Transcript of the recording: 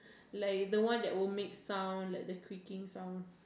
like the one that will make sound like the creaking sound